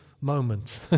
moment